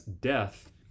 death